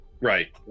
Right